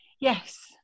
Yes